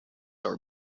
are